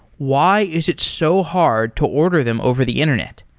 why is it so hard to order them over the internet?